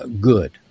good